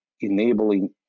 enabling